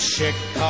Chicago